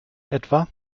etwa